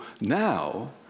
now